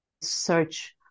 search